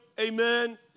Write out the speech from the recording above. Amen